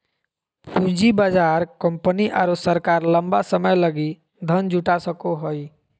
पूँजी बाजार कंपनी आरो सरकार लंबा समय लगी धन जुटा सको हइ